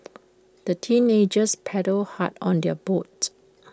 the teenagers paddled hard on their boat